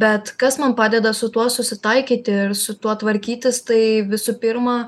bet kas man padeda su tuo susitaikyti ir su tuo tvarkytis tai visų pirma